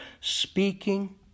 speaking